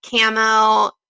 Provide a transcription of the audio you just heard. camo